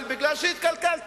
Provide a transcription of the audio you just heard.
אבל בגלל שהתקלקלת,